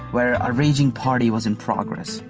where a raging party was in progress.